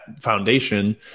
foundation